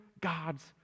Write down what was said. God's